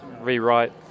rewrite